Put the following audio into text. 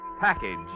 Package